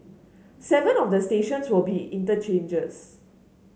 seven of the stations will be interchanges